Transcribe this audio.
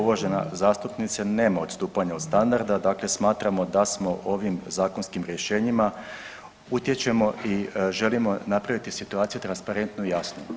Uvažena zastupnice, nema odstupanja od standarda, dakle smatramo da smo ovim zakonskim rješenjima utječemo i želimo napraviti situaciju transparentnu i jasnu.